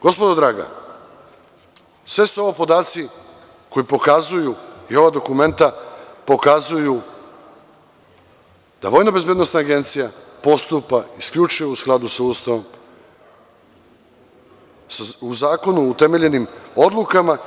Gospodo draga, sve su ovo podaci i dokumenta koja pokazuju da Vojnobezbednosna agencija postupa isključivo u skladu sa Ustavom i sa zakonom utemeljenim odlukama.